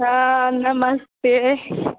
हँ नमस्ते